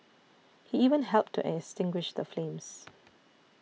he even helped to extinguish the flames